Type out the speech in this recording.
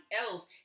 else